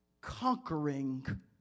Conquering